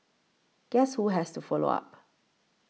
guess who has to follow up